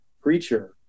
creature